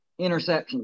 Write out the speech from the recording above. interceptions